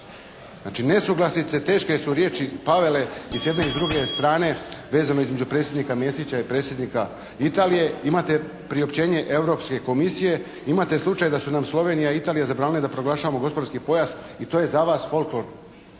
Znači nesuglasice, teške su riječi pale i s jedne i s druge strane vezano između predsjednika Mesića i predsjednica Italije. Imate priopćenje Europske komisije. Imate slučaj da su nam Slovenija i Italija zabranile da proglašavamo gospodarski pojas i to je za vas folklor.